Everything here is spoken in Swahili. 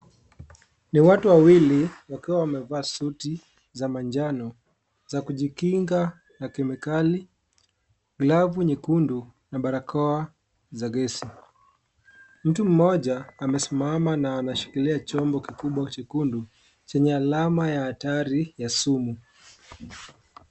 Ni watu wawili wakiwa wamevaa suti za manjano za kujikinga na kemikali glavu nyekundu na barakoa za gesi. Mtu mmoja amesimama na anashikilia chombo chekundu chenye alama hatari ya simu.